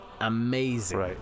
amazing